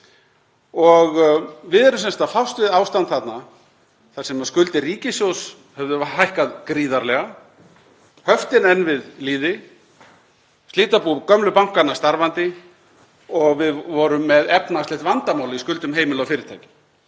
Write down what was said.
Við erum sem sagt að fást við ástand þarna þar sem skuldir ríkissjóðs höfðu hækkað gríðarlega, höftin enn við lýði, slitabú gömlu bankanna starfandi og við vorum með efnahagslegt vandamál í skuldum heimila og fyrirtækja.